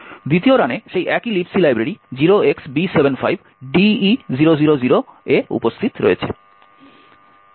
দ্বিতীয় রানে সেই একই Libc লাইব্রেরি 0xb75de000 এ উপস্থিত রয়েছে